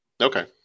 Okay